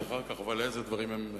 אחר כך אני אגיד לך איזה דברים הם גורמה.